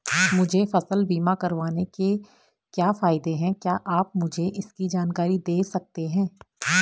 मुझे फसल बीमा करवाने के क्या फायदे हैं क्या आप मुझे इसकी जानकारी दें सकते हैं?